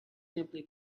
simply